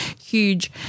huge